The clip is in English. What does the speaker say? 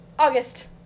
August